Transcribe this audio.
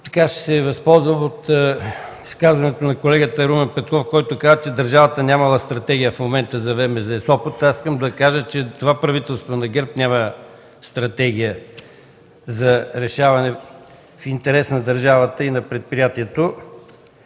Ще се възползвам от изказването на колегата Румен Петков, който каза, че държавата няма в момента стратегия за ВМЗ – Сопот. Искам да кажа, че това правителство на ГЕРБ няма стратегия за решаване в интерес на държавата и предприятието.